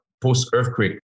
post-earthquake